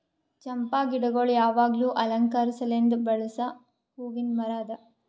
ಚಂಪಾ ಗಿಡಗೊಳ್ ಯಾವಾಗ್ಲೂ ಅಲಂಕಾರ ಸಲೆಂದ್ ಬೆಳಸ್ ಹೂವಿಂದ್ ಮರ ಅದಾ